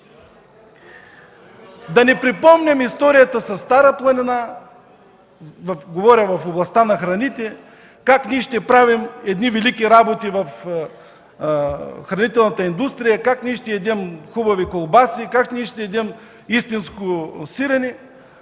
Да не припомням историята със „Стара планина” – говоря в областта на храните – как ние ще правим едни велики работи в хранителната индустрия, как ще ядем хубави колбаси, как ще ядем истинско сирене!